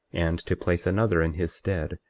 and to place another in his stead,